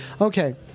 Okay